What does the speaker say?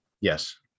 Yes